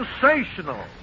sensational